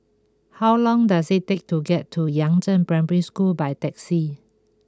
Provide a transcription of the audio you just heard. how long does it take to get to Yangzheng Primary School by taxi